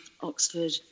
Oxford